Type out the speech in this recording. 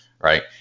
Right